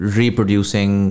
reproducing